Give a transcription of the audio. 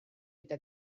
eta